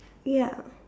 ya